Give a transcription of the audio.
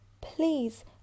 Please